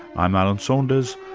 i'm alan saunders.